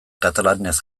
katalanez